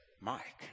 Mike